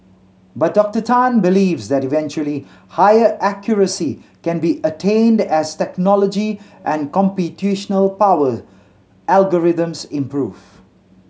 but Doctor Tan believes that eventually higher accuracy can be attained as technology and computational power algorithms improve